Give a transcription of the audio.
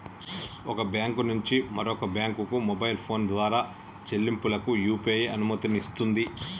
ఒక బ్యాంకు నుంచి మరొక బ్యాంకుకు మొబైల్ ఫోన్ ద్వారా చెల్లింపులకు యూ.పీ.ఐ అనుమతినిస్తుంది